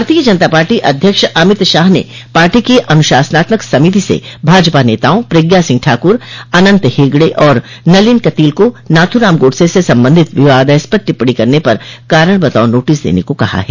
भारतीय जनता पार्टी अध्यक्ष अमित शाह ने पार्टी की अन्शासनात्मक समिति से भाजपा नेताओं प्रज्ञा सिंह ठाक्र अनन्त हेगड़े और नलिन कतील को नाथूराम गोडसे से संबंधित विवादास्पद टिप्पणी करने पर कारण बताओ नोटिस देने को कहा है